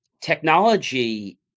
technology